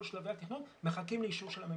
כל שלבי התכנון ומחכים לאישור של הממשלה.